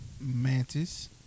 mantis